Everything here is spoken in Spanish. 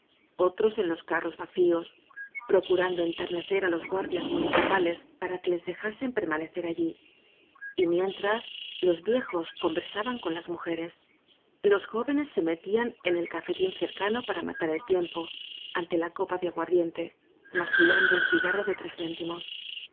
otros en los carros vacíos procu rando enternecer á los guardias municipales para que les dejasen permanecer allí y mien tras los viejos coversaban con las mujeres los jóvenes se metían en el cafetín cercano para matar el tiempo ante la copa de aguar diente mascullando el cigarro de tres céntimos